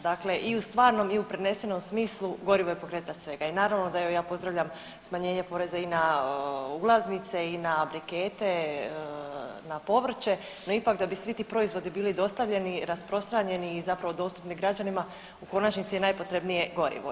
Dakle i u stvarnom i u prenesenom smislu gorivo je pokretač svega i naravno da evo ja pozdravlja smanjenje poreza i na ulaznice i na brikete, na povrće, no ipak da bi svi ti proizvodi bili dostavljeni, rasprostranjeni i zapravo dostupni građanima u konačnici je najpotrebnije gorivo.